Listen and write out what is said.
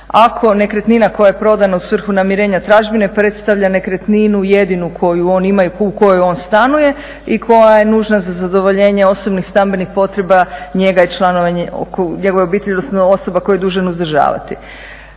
ako nekretnina koja je prodana u svrhu namirenja tražbine predstavlja nekretninu jedinu koju on ima i u kojoj on stanuje i koja je nužna za zadovoljenje osobnih stambenih potreba njega i članova njegove obitelji, odnosno osoba koje je dužan uzdržavati.